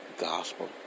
gospel